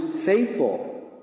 faithful